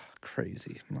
Crazy